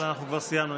אבל אנחנו כבר סיימנו,